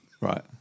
Right